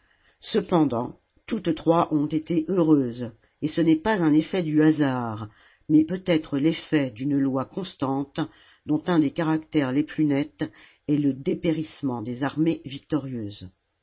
cependant toutes trois ont été heureuses et ce n'est pas un effet du hasard mais peut-être l'effet d'une loi constante dont un des caractères les plus nets est le dépérissement des armées victorieuses